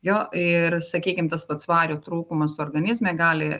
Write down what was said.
jo ir sakykim tas pats vario trūkumas organizme gali